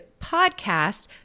PODCAST